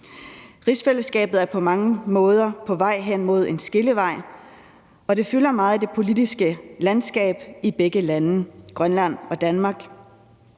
Rigsfællesskabet er på mange måder på vej hen mod en skillevej, og det fylder meget i det politiske landskab i begge lande, Grønland og Danmark.